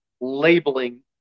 labeling